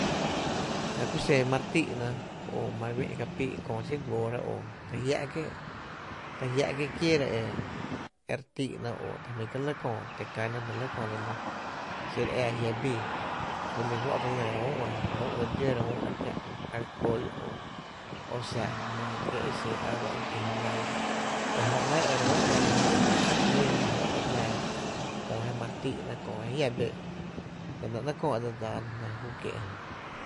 La xen júú e xin, la xen köö e xí’ráá’ jná’ e fá’rá’ to xin e jmⱥⱥrá’ xen i jmoo e re lɇ ‘mo ben re fáá’ra la xí’ jnáá’ ‘mo e re kä’ lyn re kióó’ re kióó’ra ta jö’ ‘nɇɇ’ jó to e jmaa e kiee’ e re wyyra lló’ e kie’ la’ xen kö’ i jmóó i tóó’ ñí töö myn ‘mo píí’ ejmⱥⱥ la jó’ e éé e je re wyyra köö lló’ köö je jia’ re týna e tⱥⱥra uɇ e jö fí kié’ e xin to.